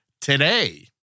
today